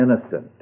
innocent